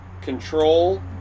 control